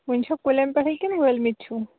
وُنہِ چھا کُلیٚن پیٚٹھٕے کِنہٕ وٲلۍمٕتۍ چھِو